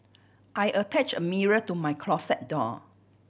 I attached a mirror to my closet door